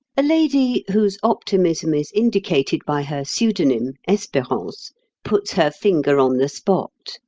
a lady, whose optimism is indicated by her pseudonym, esperance, puts her finger on the spot,